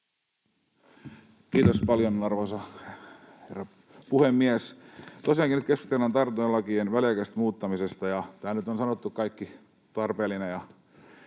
Kiitos paljon, arvoisa herra puhemies! Tosiaankin nyt keskustellaan tartuntalain väliaikaisesta muuttamisesta, ja täällä nyt on sanottu kaikki tarpeellinen.